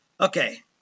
Okay